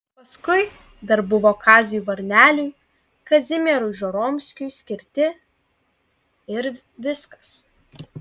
paskui dar buvo kaziui varneliui kazimierui žoromskiui skirti ir viskas